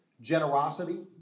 generosity